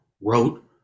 wrote